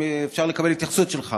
אם אפשר לקבל התייחסות שלך